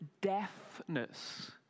deafness